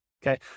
Okay